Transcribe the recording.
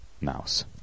mouse